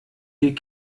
die